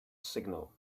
signal